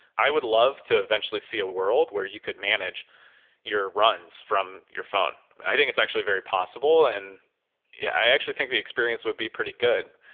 i would love to eventually see a world where you could manage your runs from your phone. i think it's actually very possible, and yeah i actually think the experience would be pretty good,